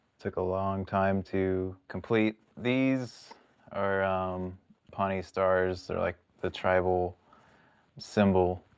took a long time to complete. these are pawnee stars, they're like the tribal symbol.